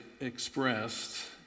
expressed